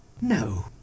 No